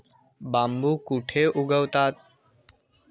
बांबू कुठे उगवतात?